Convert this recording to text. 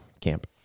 camp